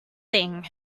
thing